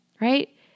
right